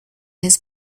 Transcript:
his